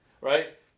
right